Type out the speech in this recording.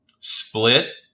Split